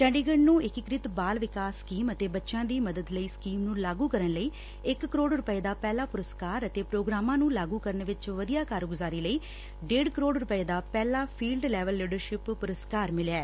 ਚੰਡੀਗੜ ਨੂੰ ਏਕੀਕ੍ਤਿਤ ਬਾਲ ਵਿਕਾਸ ਸਕੀਮ ਅਤੇ ਬੱਚਿਆਂ ਦੀ ਮਦਦ ਲਈ ਸਕੀਮ ਨੂੰ ਲਾਗੁ ਕਰਨ ਲਈ ਇਕ ਕਰੋੜ ਰੁਪੈ ਦਾ ਪਹਿਲਾ ਪੁਰਸਕਾਰ ਅਤੇ ਪ੍ਰੋਗਰਾਮਾਂ ਨੂੰ ਲਾਗੁ ਕਰਨ ਵਿਚ ਵਧੀਆ ਕਾਰਗੁਜ਼ਾਰੀ ਲਈ ਢੇਡ ਕਰੋੜ ਰੁਪੈ ਦਾ ਪਹਿਲਾ ਫੀਲਡ ਲੈਵਲ ਲਿਡਰਸਿਪ ਪੁਰਸਕਾਰ ਮਿਲਿੈ